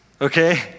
okay